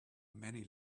many